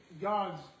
God's